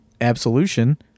Absolution